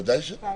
ודאי שלא.